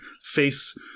face